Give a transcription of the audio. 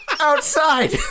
outside